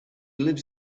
lives